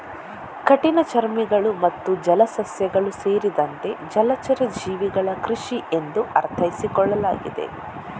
ಕಠಿಣಚರ್ಮಿಗಳು ಮತ್ತು ಜಲಸಸ್ಯಗಳು ಸೇರಿದಂತೆ ಜಲಚರ ಜೀವಿಗಳ ಕೃಷಿ ಎಂದು ಅರ್ಥೈಸಿಕೊಳ್ಳಲಾಗಿದೆ